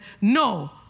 no